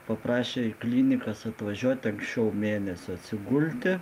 paprašė į klinikas atvažiuoti anksčiau mėnesio atsigulti